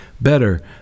Better